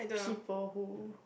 people who